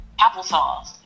applesauce